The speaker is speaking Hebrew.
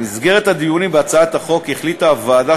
במסגרת הדיונים בהצעת החוק החליטה הוועדה